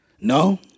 no